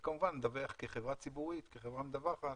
וכחברה ציבורית, כחברה מדווחת